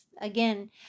again